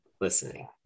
listening